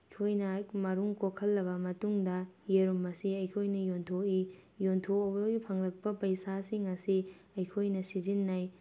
ꯑꯩꯈꯣꯏꯅ ꯃꯔꯨꯝ ꯀꯣꯛꯍꯜꯂꯕ ꯃꯇꯨꯡꯗ ꯌꯦꯔꯨꯝ ꯑꯁꯤ ꯑꯩꯈꯣꯏꯅ ꯌꯣꯟꯊꯣꯛꯏ ꯌꯣꯟꯊꯣꯛꯄꯗꯒꯤ ꯐꯪꯂꯛꯄ ꯄꯩꯁꯥꯁꯤꯡ ꯑꯁꯤ ꯑꯩꯈꯣꯏꯅ ꯁꯤꯖꯤꯟꯅꯩ